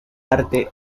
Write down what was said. arte